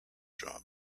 job